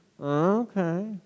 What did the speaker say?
Okay